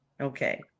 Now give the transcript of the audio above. Okay